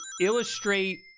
illustrate